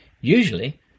Usually